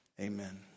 Amen